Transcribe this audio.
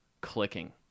clicking